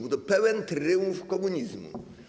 Był to pełen triumf komunizmu.